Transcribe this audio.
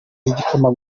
igikoma